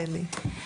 בבקשה.